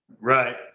Right